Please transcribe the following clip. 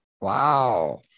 Wow